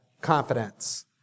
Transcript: confidence